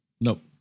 nope